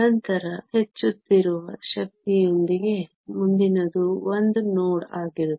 ನಂತರ ಹೆಚ್ಚುತ್ತಿರುವ ಶಕ್ತಿಯೊಂದಿಗೆ ಮುಂದಿನದು 1 ನೋಡ್ ಆಗಿರುತ್ತದೆ